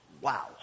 Wow